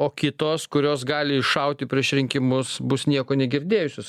o kitos kurios gali iššauti prieš rinkimus bus nieko negirdėjusios